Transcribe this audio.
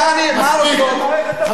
מה לעשות, מספיק.